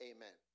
Amen